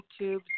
YouTube